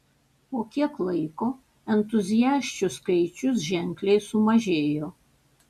po kiek laiko entuziasčių skaičius ženkliai sumažėjo